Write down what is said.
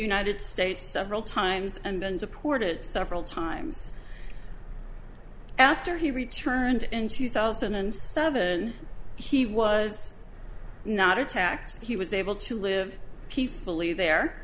united states several times and been deported several times after he returned in two thousand and seven he was not attacked he was able to live peacefully there